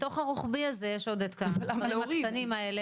בתוך הרוחבי הזה יש עוד את אותם התקנים האלה.